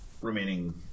remaining